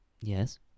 Yes